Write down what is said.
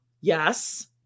yes